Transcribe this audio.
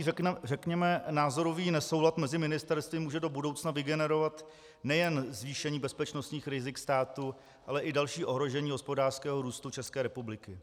Tento nastíněný řekněme názorový nesoulad mezi ministerstvy může do budoucna vygenerovat nejen zvýšení bezpečnostních rizik státu, ale i další ohrožení hospodářského růstu České republiky.